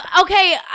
okay